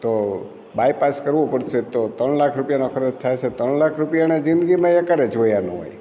તો બાયપાસ કરવું પડશે તો ત્રણ લાખ રૂપિયાનો ખર્ચ થશે ત્રણ લાખ રૂપિયા એણે એકહારે જોયા ન હોય